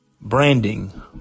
Branding